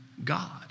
God